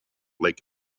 lake